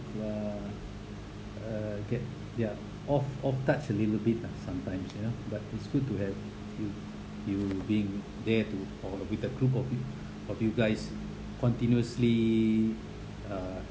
ya uh get they're off off touch a little bit lah sometimes you know but it's good to have you you being there to or with a group of p~ of you guys continuously uh